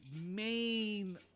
Main